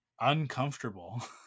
uncomfortable